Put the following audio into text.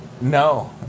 No